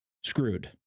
screwed